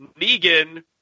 Negan